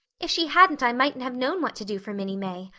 if she hadn't i mightn't have known what to do for minnie may.